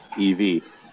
EV